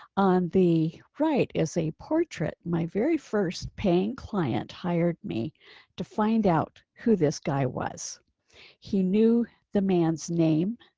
on the right is a portrait my very first paying client hired me to find out who this guy was he knew the man's name,